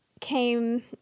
came